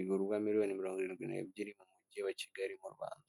igurwa miliyoni mirongo irindwi nebyiri mumugi wa kigali m'urwanda.